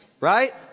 Right